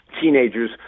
teenagers